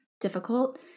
difficult